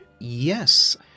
Yes